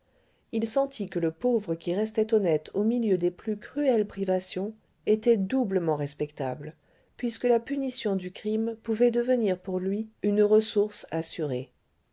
il sentit que le pauvre qui restait honnête au milieu des plus cruelles privations était doublement respectable puisque la punition du crime pouvait devenir pour lui une ressource assurée